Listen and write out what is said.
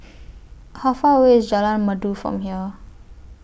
How Far away IS Jalan Merdu from here